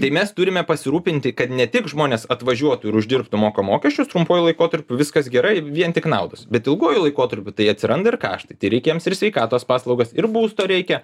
tai mes turime pasirūpinti kad ne tik žmonės atvažiuotų ir uždirbtų moka mokesčius trumpuoju laikotarpiu viskas gerai vien tik naudos bet ilguoju laikotarpiu tai atsiranda ir kaštai reikia jiems ir sveikatos paslaugas ir būsto reikia